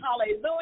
Hallelujah